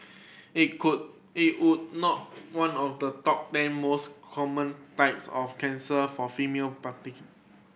it could it was not one of the top ten most common types of cancer for female